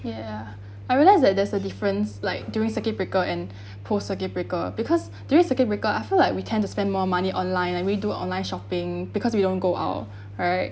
ya I realize that there's a difference like during circuit breaker and post circuit breaker because during circuit breaker I feel like we tend to spend more money online and we do online shopping because we don't go out right